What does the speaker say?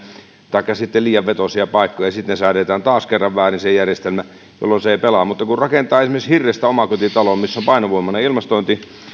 taikka sitten liian vetoisia paikkoja ja sitten se järjestelmä säädetään taas kerran väärin jolloin se ei pelaa mutta kun rakentaa esimerkiksi hirrestä omakotitalon missä on painovoimainen ilmastointi ja